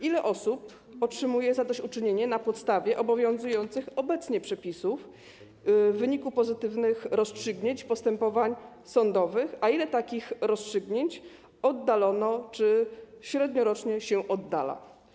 Ile osób otrzymuje zadośćuczynienie na podstawie obowiązujących obecnie przepisów w wyniku pozytywnych rozstrzygnięć postępowań sądowych, a ile takich rozstrzygnięć oddalono czy średniorocznie się oddala?